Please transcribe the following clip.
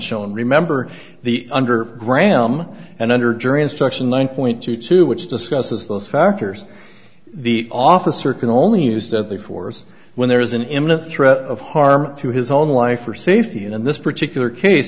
shown remember the under graham and under jury instruction one point two two which discusses those factors the officer can only use deadly force when there is an imminent threat of harm to his own life or safety and in this particular case